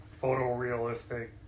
Photorealistic